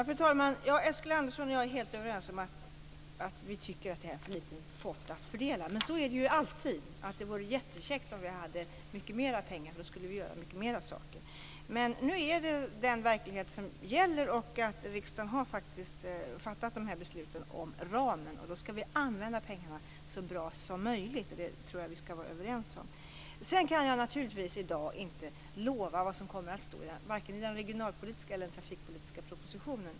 Fru talman! Eskil Erlandsson och jag är helt överens om att vi tycker att det är en för liten pott att fördela. Men så är det ju alltid. Det vore jättekäckt om vi hade mycket mer pengar. Då skulle vi göra mycket mer saker. Men nu är det här den verklighet som gäller. Riksdagen har faktiskt fattat de här besluten om ramen. Då skall vi använda pengarna så bra som möjligt. Det tror jag att vi skall vara överens om. Sedan kan jag naturligtvis inte i dag lova vad som kommer att stå i vare sig den regionalpolitiska eller den trafikpolitiska propositionen.